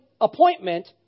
appointment